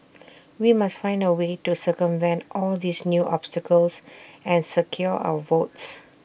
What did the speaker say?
we must find A way to circumvent all these new obstacles and secure our votes